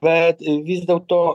bet vis dėlto